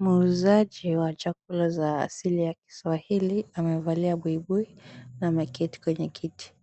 Muuzaji wa chakula za asili ya kiswahili amevalia buibui na ameketi kwenye kiti.